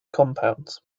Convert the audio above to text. compounds